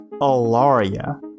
Alaria